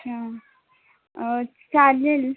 चालेल